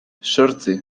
zortzi